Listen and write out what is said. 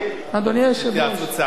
אדוני היושב-ראש, התייעצות סיעתית?